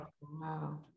Wow